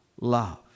love